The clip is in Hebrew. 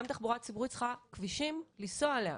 תחבורה ציבורית צריכה כבישים לנסוע עליהם,